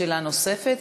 שאלה נוספת,